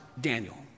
Daniel